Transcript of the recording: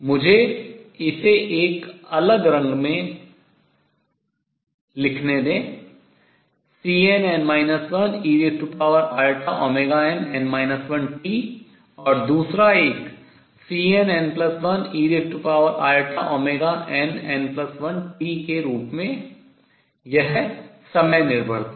मुझे इसे एक अलग रंग में लिखने दें Cnn 1einn 1t और दूसरा एक Cnn1einn1t के रूप में यह समय निर्भरता है